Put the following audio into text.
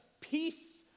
peace